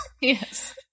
Yes